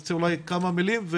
תרצה אולי לומר כמה מילים?